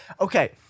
Okay